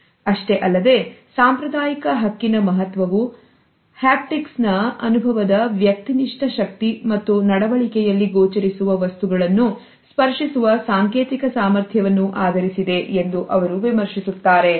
ಅಷ್ಟೇ ಅಲ್ಲದೆ ಸಾಂಪ್ರದಾಯಿಕ ಹಕ್ಕಿನ ಮಹತ್ವವುಹ್ಯಾಪ್ಟಿಕ್ಸ್ಅನುಭವದ ವ್ಯಕ್ತಿನಿಷ್ಠ ಶಕ್ತಿ ಮತ್ತು ನಡವಳಿಕೆಯಲ್ಲಿ ಗೋಚರಿಸುವ ವಸ್ತುಗಳನ್ನು ಸ್ಪರ್ಶಿಸುವ ಸಾಂಕೇತಿಕ ಸಾಮರ್ಥ್ಯವನ್ನು ಆಧರಿಸಿದೆ ಎಂದು ಅವರು ವಿಮರ್ಶಿಸುತ್ತಾರೆ